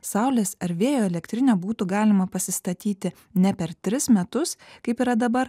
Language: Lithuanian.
saulės ar vėjo elektrinę būtų galima pasistatyti ne per tris metus kaip yra dabar